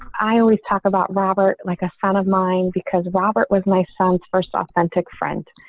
i always talk about robert like a fan of mine because robert was my son's first authentic friend.